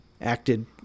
acted